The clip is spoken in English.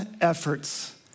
efforts